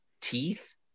teeth